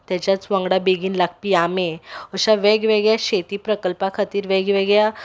ताज्याच वांगडा बेगीन लागपी आमे अशा वेगवेगळ्या शेती प्रकल्पा खातीर वेगळ्यावेगळ्या